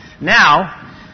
now